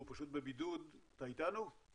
אתה איתנו?